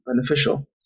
beneficial